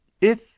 If